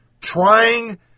trying